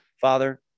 father